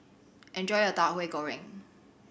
enjoy your Tauhu Goreng